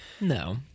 no